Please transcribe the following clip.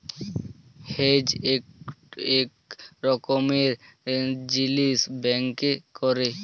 hedge ইক রকমের জিলিস ব্যাংকে ক্যরে